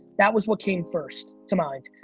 that was what came first to mind.